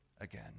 again